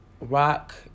rock